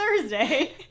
Thursday